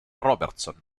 robertson